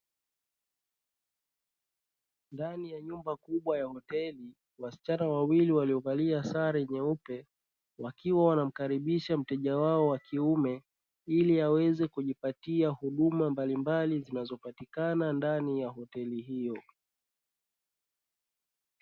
Ndani ya nyumba kubwa ya hoteli wasichana wawili waliovalia sare nyeupe, wakiwa wanamkaribisha mteja wao wa kiume ili aweze kujipatia huduma mbalimbali zinazopatikana ndani ya hoteli hiyo.